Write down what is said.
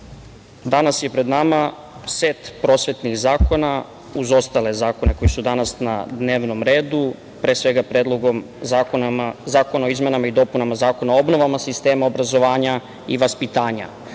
danas je pred nama set prosvetnih zakona uz ostale zakone koji su danas na dnevnom redu, pre svega Predlog zakona o izmenama i dopunama Zakona o obnovama sistema obrazovanja i vaspitanja,